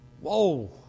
Whoa